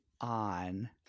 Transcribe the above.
on